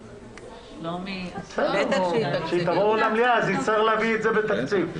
היא תעבור למליאה ונצטרך להעביר את זה בתקציב.